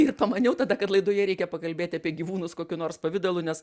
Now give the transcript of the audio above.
ir pamaniau tada kad laidoje reikia pakalbėt apie gyvūnus kokiu nors pavidalu nes